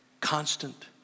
constant